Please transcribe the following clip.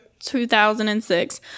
2006